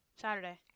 Saturday